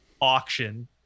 auction